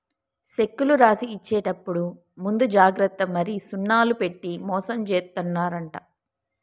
సెక్కులు రాసి ఇచ్చేప్పుడు ముందు జాగ్రత్త మరి సున్నాలు పెట్టి మోసం జేత్తున్నరంట